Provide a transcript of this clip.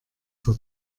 zur